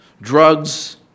drugs